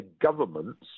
governments